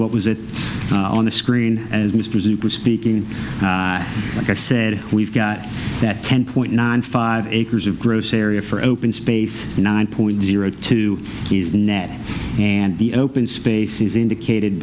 what was it on the screen as mr speaking like i said we've got that ten point nine five acres of gross area for open space nine point zero two is net and the open space is indicated